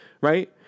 right